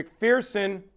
McPherson